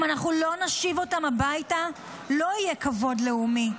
אם אנחנו לא נשיב אותם הביתה, לא יהיה כבוד לאומי,